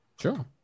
sure